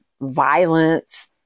violence